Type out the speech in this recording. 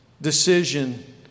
decision